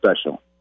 special